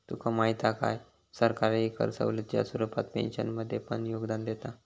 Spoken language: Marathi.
तुका माहीत हा काय, सरकारही कर सवलतीच्या स्वरूपात पेन्शनमध्ये पण योगदान देता